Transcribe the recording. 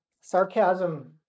Sarcasm